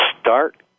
Start